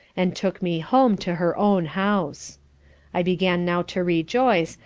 and took me home to her own house i began now to rejoice,